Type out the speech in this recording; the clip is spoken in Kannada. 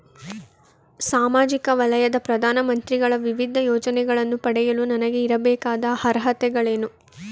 ಸಾಮಾಜಿಕ ವಲಯದ ಪ್ರಧಾನ ಮಂತ್ರಿಗಳ ವಿವಿಧ ಯೋಜನೆಗಳನ್ನು ಪಡೆಯಲು ನನಗೆ ಇರಬೇಕಾದ ಅರ್ಹತೆಗಳೇನು?